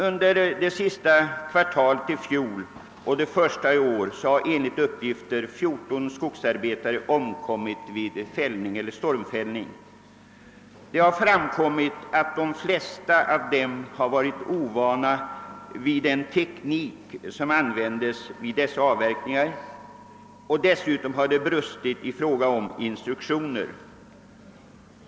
Under det sista kvartalet i fjol och det första i år har enligt uppgift 14 skogsarbetare omkommit vid stormfällningsarbete. Det har framkommit alt de flesta av dem har varit ovana vid den teknik som används vid dessa avverkningar, och dessutom har det brustit i fråga om instruktioner.